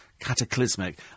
cataclysmic